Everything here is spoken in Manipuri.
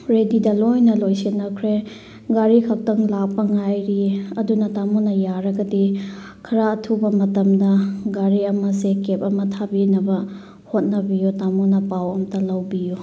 ꯔꯦꯗꯤꯗ ꯂꯣꯏꯅ ꯂꯣꯏꯁꯤꯟꯅꯈ꯭ꯔꯦ ꯒꯥꯔꯤꯈꯛꯇꯪ ꯂꯥꯛꯄ ꯉꯥꯏꯔꯤꯌꯦ ꯑꯗꯨꯅ ꯇꯥꯃꯣꯅ ꯌꯥꯔꯒꯗꯤ ꯈꯔ ꯑꯊꯨꯕ ꯃꯇꯝꯗ ꯒꯥꯔꯤ ꯑꯃꯁꯦ ꯀꯦꯞ ꯑꯃ ꯊꯥꯕꯤꯅꯕ ꯍꯣꯠꯅꯕꯤꯌꯣ ꯇꯥꯃꯣꯅ ꯄꯥꯎ ꯑꯃꯇ ꯂꯧꯕꯤꯌꯣ